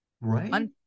Right